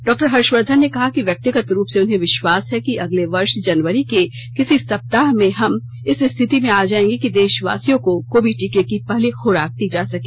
doctor Harshvardhan ने कहा कि व्यक्तिगत रूप से उन्हें विश्वास है कि अगले वर्ष जनवरी के किसी सप्ताह में हम इस स्थिति में आ जायेंगे कि देशवासियों को कोविड टीके की पहली खुराक दी जा सके